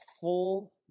full